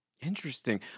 Interesting